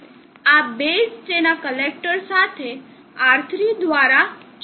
આ બેઝ તેના કલેક્ટર સાથે R3 દ્વારા જોડાયેલ છે